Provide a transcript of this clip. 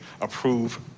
approve